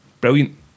Brilliant